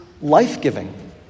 life-giving